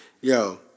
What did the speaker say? Yo